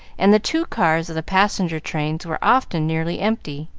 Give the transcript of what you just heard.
and the two cars of the passenger-trains were often nearly empty,